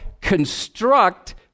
construct